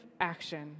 action